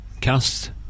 cast